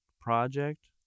project